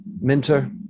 Minter